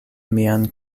mian